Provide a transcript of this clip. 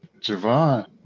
Javon